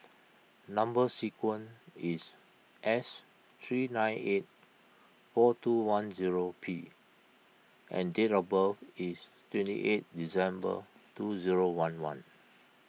Number Sequence is S three nine eight four two one zero P and date of birth is twenty eighth December two zero one one